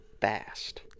fast